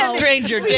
Stranger